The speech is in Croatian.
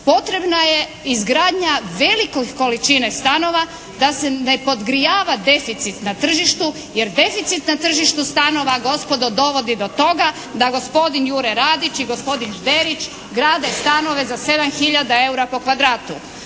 potrebna je izgradnja velikih količina stanova da se ne podgrijava deficit na tržištu jer deficit na tržištu stanova gospodo dovodi do toga da gospodin Jure Radić i gospodin Žderić grade stanove za 7000 eura po kvadratu.